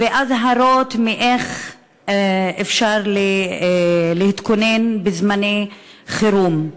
ואזהרות, איך אפשר להתכונן בזמני חירום.